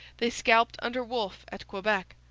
they scalped under wolfe at quebec.